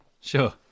sure